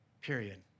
period